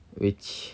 which